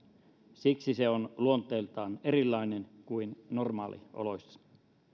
siksi se on luonteeltaan erilainen kuin normaalioloissa